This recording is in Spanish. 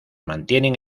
mantienen